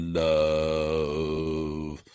love